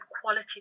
quality